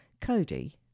Cody